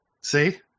See